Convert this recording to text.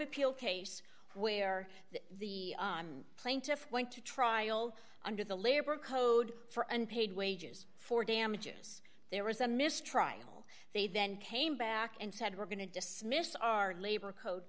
appeal case where the plaintiff went to trial under the labor code for unpaid wages for damages there was a mistrial they then came back and said we're going to dismiss our labor code